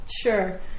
sure